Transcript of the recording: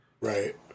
right